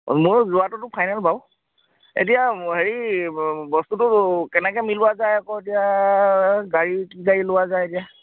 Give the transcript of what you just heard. মোৰ যোৱাটোতো ফাইনেল বাৰু এতিয়া হেৰি বস্তুটো কেনেকৈ মিলোৱা যায় আকৌ এতিয়া গাড়ী কি গাড়ী লোৱা যায় এতিয়া